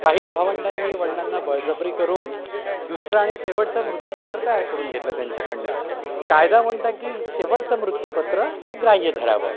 काही भावंडांनी वडिलांना बळजबरी करून दुसरं आणि शेवटचं मृत्यूपत्र तयार करून घेतलं त्यांच्याकडून कायदा म्हणतं की शेवटचं मृत्यूपत्र हे ग्राह्य धरावं